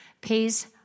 pays